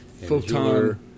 Photon